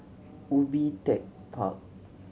Ubi Tech Park